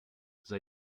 sei